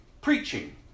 preaching